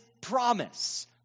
promise